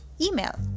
email